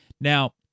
Now